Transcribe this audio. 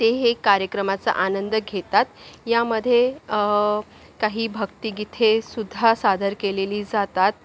ते हे कार्यक्रमाचा आनंद घेतात यामध्ये काही भक्तिगीतेसुद्धा सादर केलेली जातात